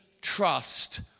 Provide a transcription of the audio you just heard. trust